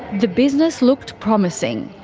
the business looked promising.